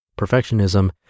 Perfectionism